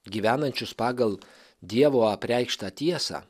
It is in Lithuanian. gyvenančius pagal dievo apreikštą tiesą